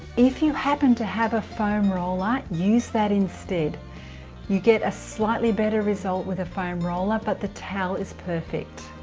if you happen to have a foam roller, use that instead you get a slightly better result with a foam roller but the towel is perfect